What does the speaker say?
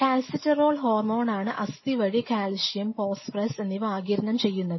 calcitriol ഹോർമോണാനാണ് അസ്ഥി വഴി കാൽസ്യം ഫോസ്ഫറസ് എന്നിവ ആഗിരണം ചെയ്യുന്നത്